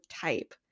type